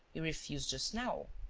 you refused just now.